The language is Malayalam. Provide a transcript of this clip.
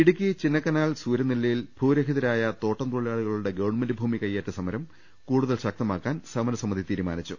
ഇടുക്കി ചിന്നക്കനാൽ സൂര്യനെല്ലിയിൽ ഭൂരഹിതരായ തോട്ടം തൊഴിലാളികളുടെ ഗവൺമെന്റ് ഭൂമി കൈയേറ്റ സമരം കൂടുതൽ ശക്തമാക്കാൻ സമരസമിതി തീരുമാനിച്ചു